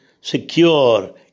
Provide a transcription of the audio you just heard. secure